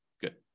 Good